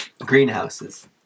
greenhouses